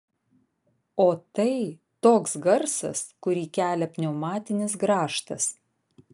o tai toks garsas kurį kelia pneumatinis grąžtas